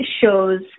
shows